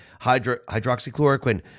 hydroxychloroquine